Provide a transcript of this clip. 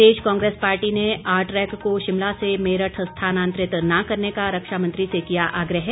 प्रदेश Congress party ने ARTRAC को शिमला से मेरठ स्थानांतरित न करने का रक्षा मंत्री से किया आग्रह